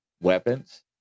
weapons